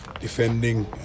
defending